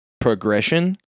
progression